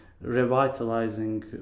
revitalizing